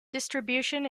distribution